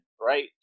right